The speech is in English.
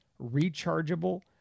rechargeable